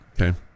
Okay